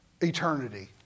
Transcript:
eternity